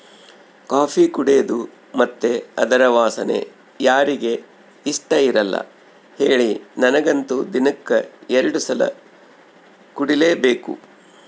coffee ಕುಡೇದು ಮತ್ತೆ ಅದರ ವಾಸನೆ ಯಾರಿಗೆ ಇಷ್ಟಇರಲ್ಲ ಹೇಳಿ ನನಗಂತೂ ದಿನಕ್ಕ ಎರಡು ಸಲ ಕುಡಿಲೇಬೇಕು